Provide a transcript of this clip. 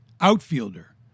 outfielder